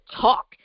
talk